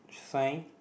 sign